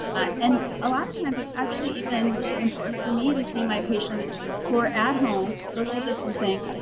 and, a lot of times, it's actually even important for me to see my patients who are at home, social distancing,